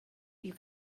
you